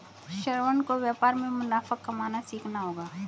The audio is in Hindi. श्रवण को व्यापार में मुनाफा कमाना सीखना होगा